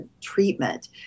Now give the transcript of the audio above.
treatment